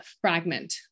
fragment